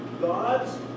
God's